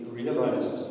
realize